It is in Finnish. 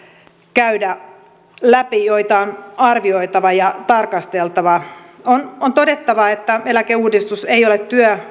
käydä läpi joita on arvioitava ja tarkasteltava on todettava että eläkeuudistus ei ole